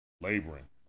Laboring